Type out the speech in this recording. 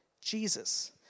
Jesus